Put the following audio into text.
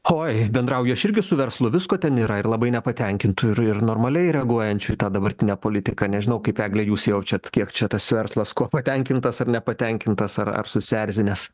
oj bendrauju aš irgi su verslu visko ten yra ir labai nepatenkintų ir ir normaliai reaguojančių į tą dabartinę politiką nežinau kaip egle jūs jaučiat kiek čia tas verslas kuo patenkintas ar nepatenkintas ar ar susierzinęs